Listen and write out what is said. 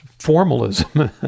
formalism